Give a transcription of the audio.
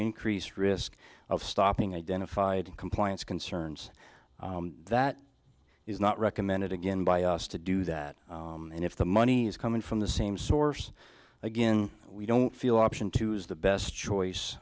increased risk of stopping identified and compliance concerns that is not recommended again by us to do that and if the money is coming from the same source again we don't feel option two is the best choice